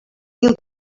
mil